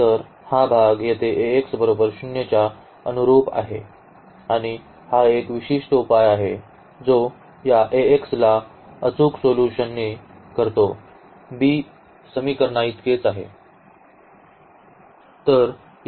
तर हा भाग येथे च्या अनुरुप आहे आणि हा एक विशिष्ट उपाय आहे जो या Ax ला अचूक सोल्यूशनी करतो b समीकरणाइतकेच आहे